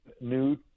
new